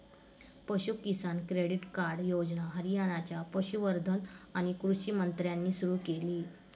पशु किसान credit card योजना हरियाणाच्या पशुसंवर्धन आणि कृषी मंत्र्यांनी सुरू केली